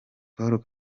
paul